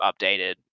updated